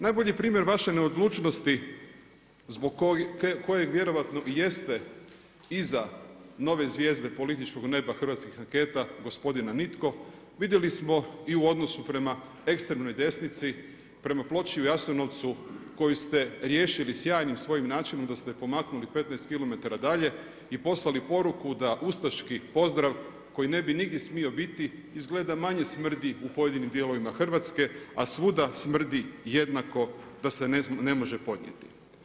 Najbolji primjer vaše neodlučnosti zbog kojeg vjerojatno i jeste iza nove zvijezde političkog neba hrvatskih anketa „gospodina nitko“ vidjeli smo i u odnosu prema ekstremnoj desnici, prema ploči u Jasenovcu koju ste riješili sjajnim svojim načinom da ste je pomaknuli 15 km dalje i poslali poruku da ustaški pozdrav koji ne bi nigdje smio biti izgleda manje smrdi u pojedinim dijelovima Hrvatske, a svuda smrdi jednako da se ne može podnijeti.